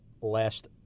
last